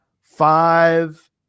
five